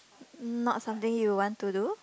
not something you want to do